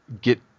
get